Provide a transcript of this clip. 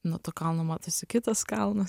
nuo to kalno matosi kitas kalnas